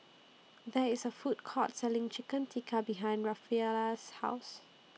There IS A Food Court Selling Chicken Tikka behind Rafaela's House